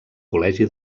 col·legi